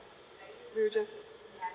we were just